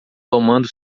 tomando